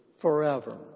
forever